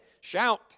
Shout